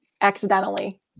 accidentally